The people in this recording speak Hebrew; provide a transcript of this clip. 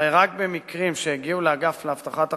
הרי רק המקרים שהגיעו לאגף להבטחת הכנסה,